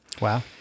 Wow